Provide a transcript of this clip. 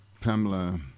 Pamela